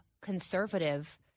conservative